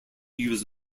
use